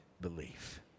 belief